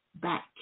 back